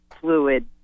fluid